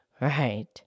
Right